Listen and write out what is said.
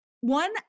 one